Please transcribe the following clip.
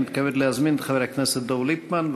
אני מתכבד להזמין את חבר הכנסת דב ליפמן,